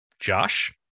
josh